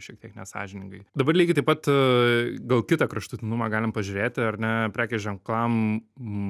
šiek tiek nesąžiningai dabar lygiai taip pat a gal kitą kraštutinumą galim pažiūrėti ar ne prekės ženklam